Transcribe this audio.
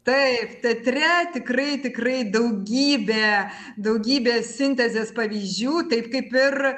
taip teatre tikrai tikrai daugybė daugybė sintezės pavyzdžių taip kaip ir